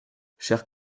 chers